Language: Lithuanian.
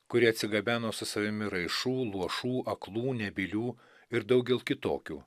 kuri atsigabeno su savimi raišų luošų aklų nebylių ir daugel kitokių